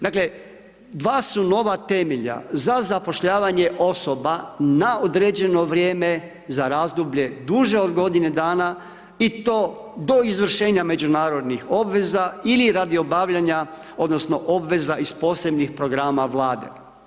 Dakle, dva su nova temelja za zapošljavanje osoba na određeno vrijeme za razdoblje duže od godine dana i to do izvršenja međunarodnih obveza ili radi obavljanja odnosno obveza iz Posebnih programa Vlade.